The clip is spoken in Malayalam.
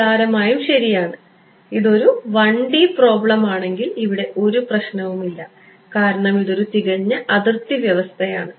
നിസ്സാരമായും ശരിയാണ് ഇതൊരു 1 D പ്രോബ്ലം ആണെങ്കിൽ ഇവിടെ ഒരു പ്രശ്നവുമില്ല കാരണം ഇതൊരു തികഞ്ഞ അതിർത്തി അവസ്ഥയാണ്